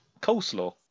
coleslaw